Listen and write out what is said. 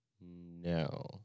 no